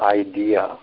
idea